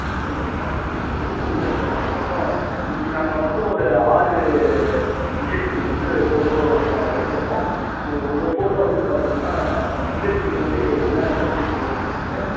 அப்படிங்களா okay okay sir ஒன்றும் இல்லைங்க சார் அதுக்கப்புறம் அன்னைக்கு நாங்கள் மட்டும் ஒரு ஆறு விசேஷத்துக்கு வந்து ஃபோட்டோ க எடுத்தோம் ஸோ உங்கள் ஃபோட்டோ வந்து பார்த்தீங்கன்னா உங்கள் தங்கச்சிக்கு வந்து என்ன என்ன விசேஷத்துக்காக எடுத்தீங்க நீங்கள்